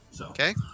Okay